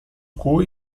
cui